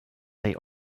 tej